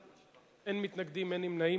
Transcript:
אין מתנגדים ואין נמנעים,